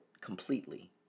completely